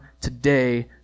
today